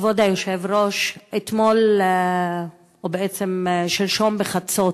כבוד היושב-ראש, אתמול, או בעצם שלשום בחצות,